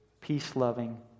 peace-loving